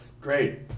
great